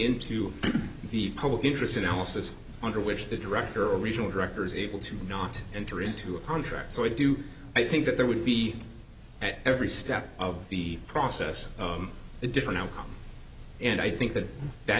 into the public interest analysis under which the director or regional directors able to not enter into a contract so i do i think that there would be at every step of the process a different outcome and i think that that